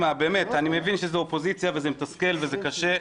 באמת אני מבין שזו אופוזיציה וזה מתסכל וזה קשה.